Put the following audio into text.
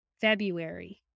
February